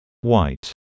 White